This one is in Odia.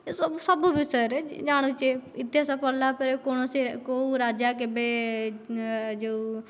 ଏ ସବୁ ବିଷୟରେ ଜାଣୁଛେ ଇତିହାସ ପଢିଲା ପରେ କୌଣସି କେଉଁ ରାଜା କେବେ ଯେଉଁ